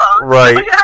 right